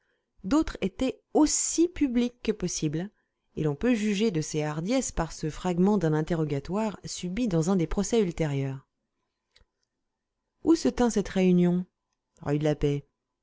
d'autres étaient aussi publiques que possible et l'on peut juger de ces hardiesses par ce fragment d'un interrogatoire subi dans un des procès ultérieurs où se tint cette réunion rue de la paix